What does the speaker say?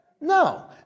No